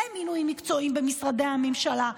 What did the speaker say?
למינויים מקצועיים במשרדי הממשלה,